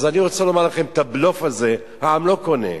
אז אני רוצה לומר לכם, את הבלוף הזה העם לא קונה.